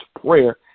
prayer